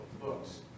books